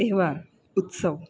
તહેવાર ઉત્સવ